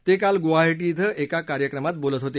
ते काल गुवाहाटी इथं एका कार्यक्रमात बोलत होते